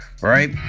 Right